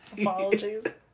apologies